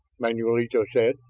manulito said,